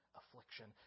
affliction